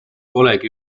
polegi